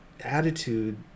attitude